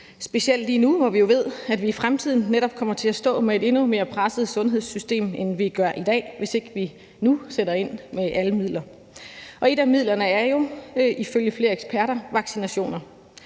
specielt også lige nu, hvor vi jo ved, at vi i fremtiden netop kommer til at stå med et endnu mere presset sundhedssystem, end vi gør i dag, hvis ikke vi nu sætter ind med alle midler, og et af midlerne er jo ifølge flere eksperter vaccinationer.